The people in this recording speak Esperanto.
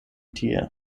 tie